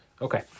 Okay